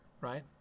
Right